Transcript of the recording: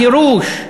גירוש,